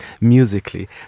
musically